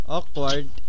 Awkward